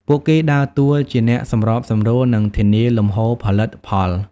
ពួកគេដើរតួជាអ្នកសម្របសម្រួល និងធានាលំហូរផលិតផល។